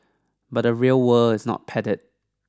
but the real world is not padded